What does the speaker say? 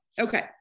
Okay